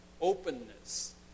openness